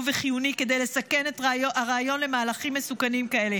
וחיוני כדי לסכל כל רעיון למהלכים מסוכנים כאלה,